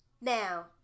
Now